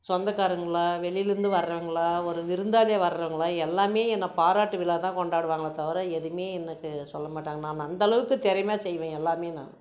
சொந்தக்காரங்களை வெளியில இருந்து வரவுங்களை ஒரு விருந்தாளியாக வர்றவுங்க எல்லாமே என்ன பாராட்டு விழா தான் கொண்டாடுவாங்களே தவிர எதுவுமே எனக்கு சொல்ல மாட்டாங்க நான் அந்த அளவுக்கு திறமியா செய்வேன் எல்லாமே நான்